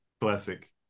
classic